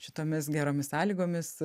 šitomis geromis sąlygomis